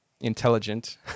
intelligent